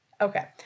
Okay